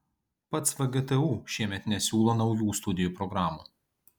pats vgtu šiemet nesiūlo naujų studijų programų